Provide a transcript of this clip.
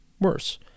worse